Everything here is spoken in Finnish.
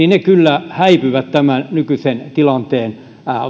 kyllä häipyvät tämän nykyisen tilanteen